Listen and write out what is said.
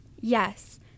Yes